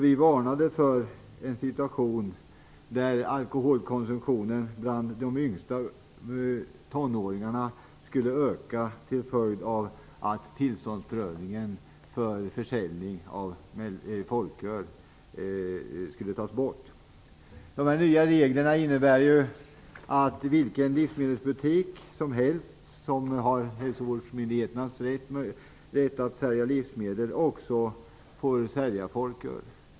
Vi varnade för en situation där alkoholkonsumtionen bland de yngsta tonåringarna skulle öka till följd av att tillståndsprövningen för försäljning av folköl skulle tas bort. De nya reglerna innebär att vilken livsmedelsbutik som helst som av hälsovårdsmyndigheterna fått rätt att sälja livsmedel också får sälja folköl.